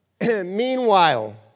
Meanwhile